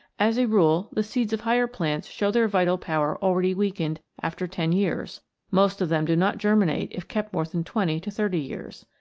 as a rule the seeds of higher plants show their vital power already weakened after ten years most of them do not germinate if kept more than twenty to thirty years.